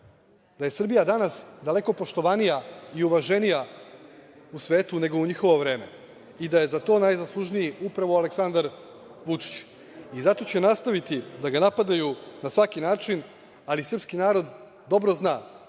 je Srbija danas daleko poštovanija i uvaženija u svetu nego u njihovo vreme i da je za to najzaslužniji upravo Aleksandar Vučić. Zato će nastaviti da ga napadaju na svaki način, ali srpski narod dobro zna